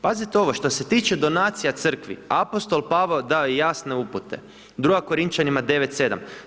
Pazite ovo, što se tiče donacija crkvi, apostol Pavao dao je jasne upute, druga Korinčanima 9.7.